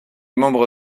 membres